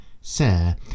Sir